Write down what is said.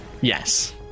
yes